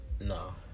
No